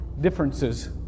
differences